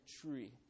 tree